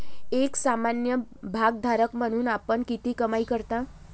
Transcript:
एक सामान्य भागधारक म्हणून आपण किती कमाई करता?